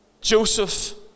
Joseph